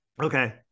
Okay